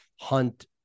Hunt